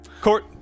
court